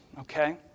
okay